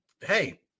hey